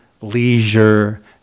leisure